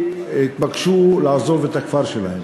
כשהתבקשו לעזוב את הכפר שלהם.